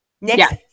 Next